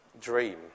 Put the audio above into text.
dream